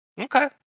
Okay